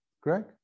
Greg